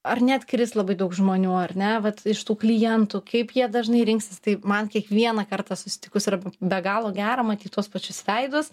ar neatkris labai daug žmonių ar ne vat iš tų klientų kaip jie dažnai rinksis tai man kiekvieną kartą susitikus yra be galo gera matyt tuos pačius veidus